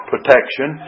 protection